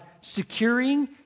securing